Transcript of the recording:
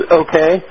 okay